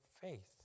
faith